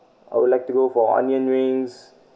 I would like to go for onion rings